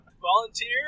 volunteer